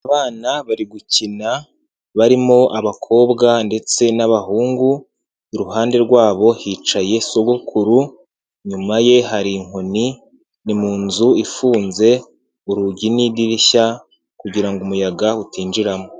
Abana bari gukina, barimo abakobwa ndetse n'abahungu, iruhande rwabo hicaye sogokuru, inyuma ye hari inkoni, ni mu nzu ifunze, urugi n'idirishya kugira ngo umuyaga utinjiramo.